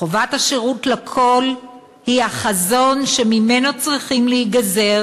"חובת השירות לכול היא החזון שממנו צריכים להיגזר